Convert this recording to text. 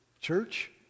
church